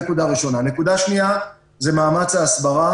נקודה שנייה זה מאמץ ההסברה